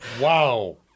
Wow